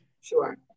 Sure